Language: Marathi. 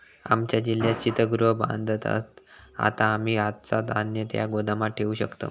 आमच्या जिल्ह्यात शीतगृह बांधत हत, आता आम्ही आमचा धान्य त्या गोदामात ठेवू शकतव